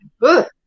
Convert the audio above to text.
good